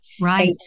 Right